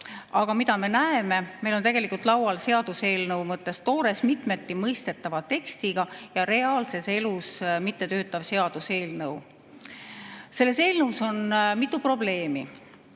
Aga mida me näeme? Meie laual on seaduseelnõu mõttes toores, mitmeti mõistetava tekstiga ja reaalses elus mittetöötav seaduseelnõu. Selles eelnõus on mitu probleemi.